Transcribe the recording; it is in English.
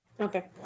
Okay